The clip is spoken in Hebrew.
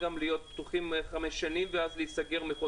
פתוחים גם חמש שנים ואז להיסגר מחוסר ראיות.